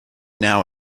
now